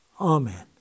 Amen